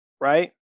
right